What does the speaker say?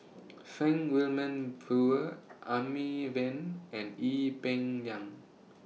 Frank Wilmin Brewer Amy Van and Ee Peng Liang